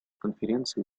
конференции